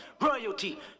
royalty